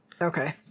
Okay